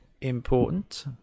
important